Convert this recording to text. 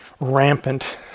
rampant